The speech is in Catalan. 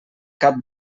cap